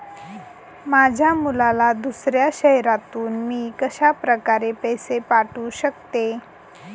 माझ्या मुलाला दुसऱ्या शहरातून मी कशाप्रकारे पैसे पाठवू शकते?